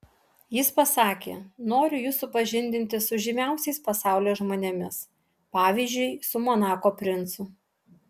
jis pasakė noriu jus supažindinti su žymiausiais pasaulio žmonėmis pavyzdžiui su monako princu